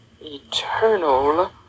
eternal